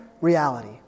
reality